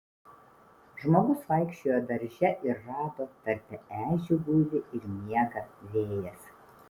žmogus vaikščiojo darže ir rado tarpe ežių guli ir miega vėjas